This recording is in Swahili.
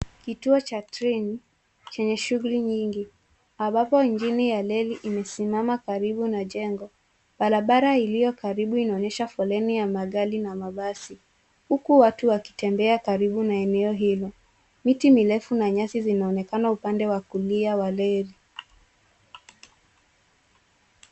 Kituo cha treni chenye shughuli nyingi ambapo injini ya reli imesimama karibu na jengo. Barabara iliyo karibu inaonyesha foleni ya magari na mabasi huku watu wakitembea karibu na eneo hilo. Miti mirefu na nyasi zinaonekana upande wa kulia wa reli.